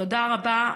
תודה רבה.